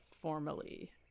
formally